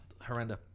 horrendous